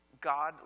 God